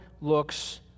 looks